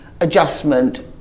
adjustment